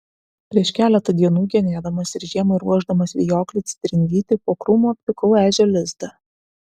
prieš keletą dienų genėdamas ir žiemai ruošdamas vijoklį citrinvytį po krūmu aptikau ežio lizdą